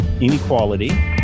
inequality